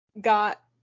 got